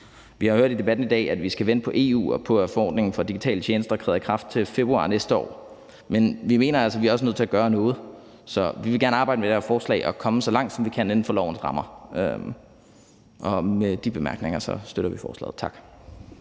Vi har hørt i debatten i dag, at vi skal vente på EU og på, at forordningen om digitale tjenester træder i kraft til februar næste år. Men vi mener altså, at vi også er nødt til at gøre noget. Så vi vil gerne arbejde med det her forslag og komme så langt, som vi kan inden for lovens rammer. Med de bemærkninger støtter vi forslaget. Tak.